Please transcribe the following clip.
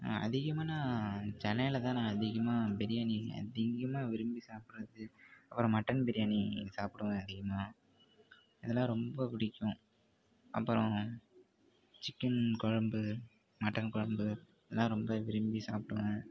அதிகமாக நான் சென்னையில் தான் நான் அதிகமாக பிரியாணி அதிகமாக விரும்பி சாப்பிடுறது அப்புறம் மட்டன் பிரியாணி சாப்பிடுவேன் அதிகமாக இதெலாம் ரொம்ப பிடிக்கும் அப்புறம் சிக்கன் குழம்பு மட்டன் குழம்பு இதெலாம் ரொம்ப விரும்பி சாப்பிடுவேன்